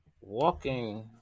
walking